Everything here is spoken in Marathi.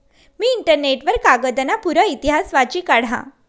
मी इंटरनेट वर कागदना पुरा इतिहास वाची काढा